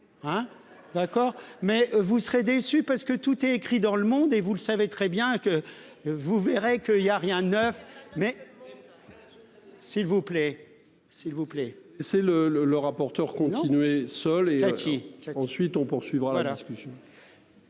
D'accord mais vous serez déçu parce que tout est écrit dans le monde et vous le savez très bien que. Vous verrez que il y a rien de neuf mais. S'il vous plaît. S'il vous plaît, c'est le le le rapporteur continuer seul et qui ensuite on poursuivra la discussion.